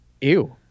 ew